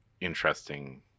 interesting